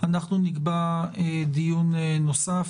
נקבע דיון נוסף.